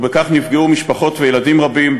ובכך נפגעו משפחות וילדים רבים,